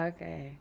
Okay